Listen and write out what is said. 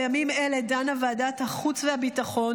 בימים אלה דנה ועדת החוץ והביטחון